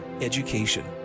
education